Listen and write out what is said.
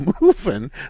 moving